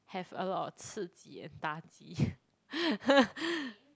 have a lot of 次吉 and 大吉